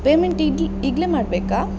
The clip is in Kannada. ಪೇಮೆಂಟ್ ಈಗ್ಲೇ ಮಾಡಬೇಕಾ